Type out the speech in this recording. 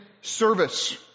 service